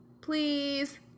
Please